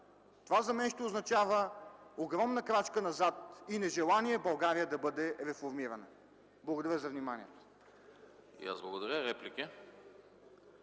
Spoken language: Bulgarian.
това за мен ще означава огромна крачка назад и нежелание България да бъде реформирана. Благодаря за вниманието.